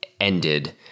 ended